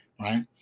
right